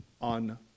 on